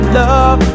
love